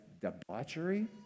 debauchery